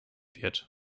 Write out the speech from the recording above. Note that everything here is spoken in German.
wird